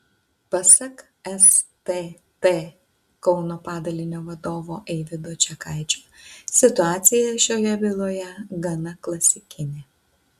pasak stt kauno padalinio vadovo eivydo čekaičio situacija šioje byloje gana klasikinė